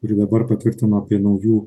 kuri dabar patvirtino apie naujų